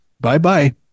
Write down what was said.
Bye-bye